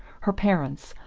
her parents,